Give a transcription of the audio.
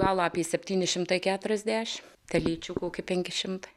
gal apie septyni šimtai keturiasdešims teleičių kokie penki šimtai